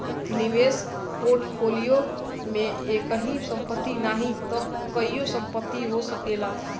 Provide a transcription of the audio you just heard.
निवेश पोर्टफोलियो में एकही संपत्ति नाही तअ कईगो संपत्ति हो सकेला